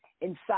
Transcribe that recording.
inside